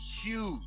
huge